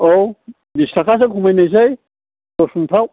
औ बिस थाखासो खमायनोसै दस मुथायाव